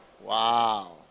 Wow